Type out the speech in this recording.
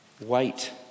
wait